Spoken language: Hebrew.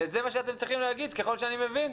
וזה מה שאתם צריכים להגיד, ככל שאני מבין,